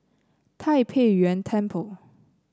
Tai Pei Yuen Temple